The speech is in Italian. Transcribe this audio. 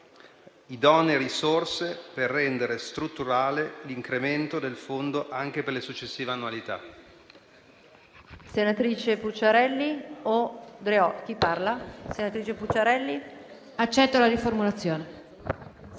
idonee risorse per rendere strutturale l'incremento del Fondo anche per le successive annualità.